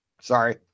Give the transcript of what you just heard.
sorry